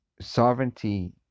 sovereignty